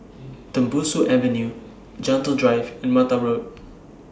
Tembusu Avenue Gentle Drive and Mata Road